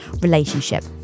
relationship